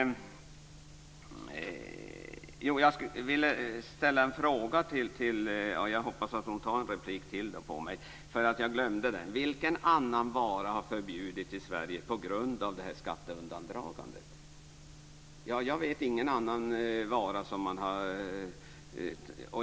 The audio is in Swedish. Sedan vill jag ställa en fråga, och jag hoppas att Kerstin Kristiansson tar en replik till, för jag glömde att ställa den tidigare: Vilken annan vara har förbjudits i Sverige på grund av det här skatteundandragandet? Jag vet ingen annan vara.